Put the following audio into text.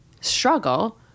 struggle